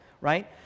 right